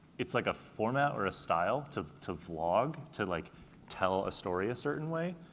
it's like a format or a style to to vlog, to like tell a story a certain way.